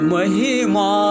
Mahima